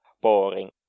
boring